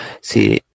see